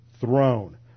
throne